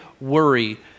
worry